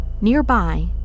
Nearby